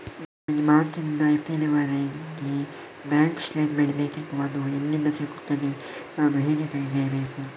ನನಗೆ ಮಾರ್ಚ್ ನಿಂದ ಏಪ್ರಿಲ್ ವರೆಗೆ ಬ್ಯಾಂಕ್ ಸ್ಟೇಟ್ಮೆಂಟ್ ಬೇಕಿತ್ತು ಅದು ಎಲ್ಲಿಂದ ಸಿಗುತ್ತದೆ ನಾನು ಹೇಗೆ ತೆಗೆಯಬೇಕು?